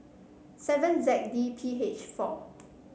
seven Z D P H four